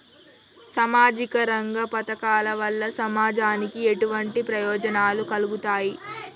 సామాజిక రంగ పథకాల వల్ల సమాజానికి ఎటువంటి ప్రయోజనాలు కలుగుతాయి?